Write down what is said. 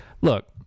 Look